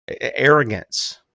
arrogance